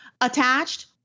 attached